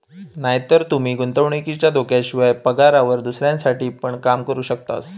नायतर तूमी गुंतवणुकीच्या धोक्याशिवाय, पगारावर दुसऱ्यांसाठी पण काम करू शकतास